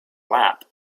lap